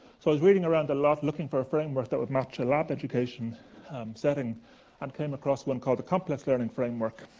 so i was reading around a lot, looking for a framework that would match a lab education um setting and came across one called the complex learning framework.